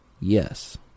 yes